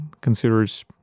considers